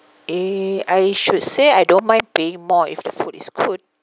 eh I should say I don't mind paying more if the food is good